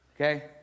Okay